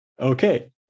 okay